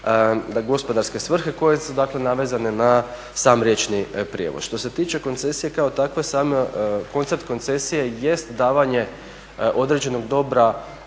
gospodarske svrhe koje su dakle navezane na sam riječni prijevoz. Što se tiče koncesija kao takve sam koncept koncesije jest davanje određenog dobra